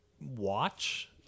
watch